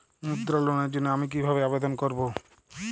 মুদ্রা লোনের জন্য আমি কিভাবে আবেদন করবো?